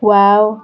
wow